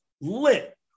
lit